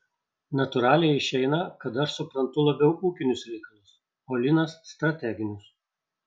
natūraliai išeina kad aš suprantu labiau ūkinius reikalus o linas strateginius